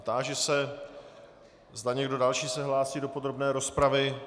Táži se, zda se někdo další hlásí do podrobné rozpravy.